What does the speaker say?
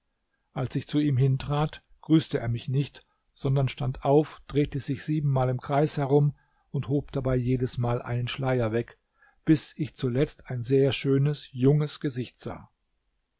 als ich zu ihm hintrat grüßte er mich nicht sondern stand auf drehte sich siebenmal im kreis herum und hob dabei jedesmal einen schleier weg bis ich zuletzt ein sehr schönes junges gesicht sah